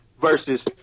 versus